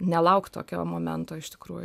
nelaukt tokio momento iš tikrųjų